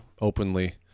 openly